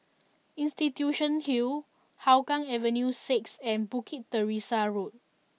Institution Hill Hougang Avenue Six and Bukit Teresa Road